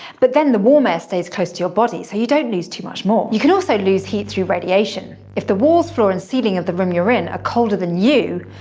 but then the warm air stays close to your body, so you don't lose too much more. you can also lose heat through radiation. if the walls, floor, and ceiling of the room you're in are ah colder than you,